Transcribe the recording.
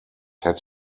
had